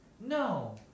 No